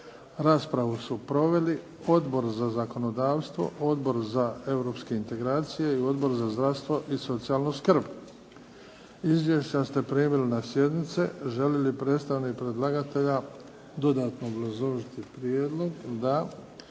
Raspravu su proveli Odbor za zakonodavstvo, Odbor za europske integracije i Odbor za zdravstvo i socijalnu skrb. Izvješća ste primili na sjednice. Želi li predstavnik predlagatelja dodatno obrazložiti prijedlog? Da.